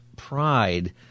pride